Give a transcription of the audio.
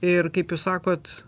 ir kaip jūs sakot